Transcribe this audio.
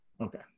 okay